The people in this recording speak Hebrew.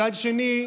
מצד שני,